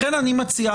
לכן אני מציע,